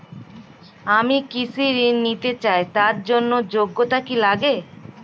আমি কৃষি ঋণ নিতে চাই তার জন্য যোগ্যতা কি লাগে?